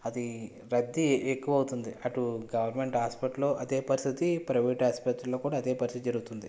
అది రద్దీ ఎక్కువ అవుతుంది అటు గవర్నమెంట్ హాస్పిటల్లో అదే పరిస్థితి ప్రవేట్ ఆస్పత్రిలో కూడా అదే పరిస్థితి జరుగుతుంది